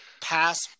pass